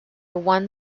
one